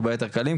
הרבה יותר קלים,